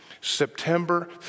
September